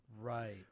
Right